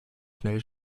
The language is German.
schnell